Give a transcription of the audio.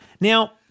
Now –